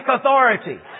authority